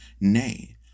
nay